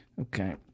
Okay